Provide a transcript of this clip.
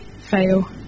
fail